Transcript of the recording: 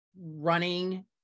running